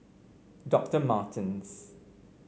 Doctor Martens